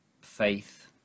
faith